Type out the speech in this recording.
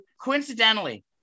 coincidentally